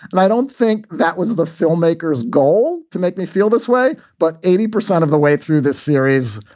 and i don't think that was the filmmakers goal to make me feel this way. but eighty percent of the way through this series,